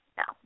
no